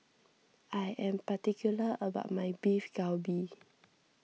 I am particular about my Beef Galbi